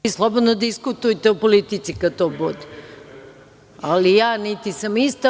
Vi slobodno diskutujte o politici kada to bude, ali ja niti sam ista.